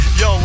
yo